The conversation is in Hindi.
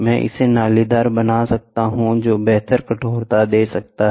मैं इसे नालीदार बना सकता हूं जो बेहतर कठोरता देता है